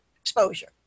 exposure